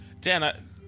Dan